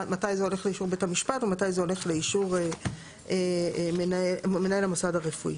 מתי זה הולך לאישור בית המשפט ומתי זה הולך לאישור מנהל המוסד הרפואי.